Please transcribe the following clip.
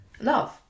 love